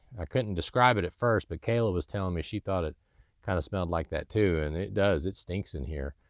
i couldn't describe it at first, but kayla was telling me, she thought it kinda kind of smelled like that too. and it does. it stinks in here.